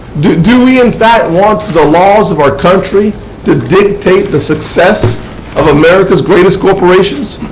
do do we, in fact, want the laws of our country to dictate the success of america's greatest corporations,